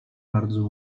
bardzo